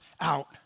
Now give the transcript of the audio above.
out